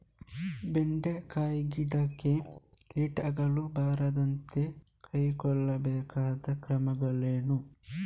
ಬೆಂಡೆಕಾಯಿ ಗಿಡಕ್ಕೆ ಕೀಟಗಳು ಬಾರದಂತೆ ಕೈಗೊಳ್ಳಬೇಕಾದ ಕ್ರಮಗಳೇನು?